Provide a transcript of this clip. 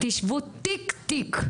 תשבו תיק תיק.